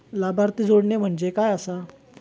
लाभार्थी जोडणे म्हणजे काय आसा?